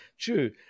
true